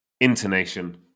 Intonation